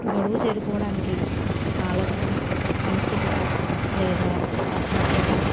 గడువు చేరుకోవడానికి ఆలస్యం అనిశ్చిత లేదా అసమర్థత